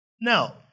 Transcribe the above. Now